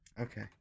Okay